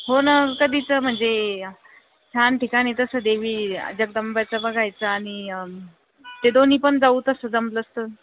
हो ना कधीचं म्हणजे छान ठिकाण आहे तसं देवी जगदंबेचं बघायचं आणि ते दोन्ही पण जाऊ तसं जमलंच तर